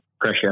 pressure